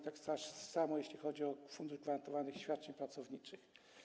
Tak samo jeśli chodzi o Fundusz Gwarantowanych Świadczeń Pracowniczych.